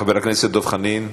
חבר הכנסת דב חנין,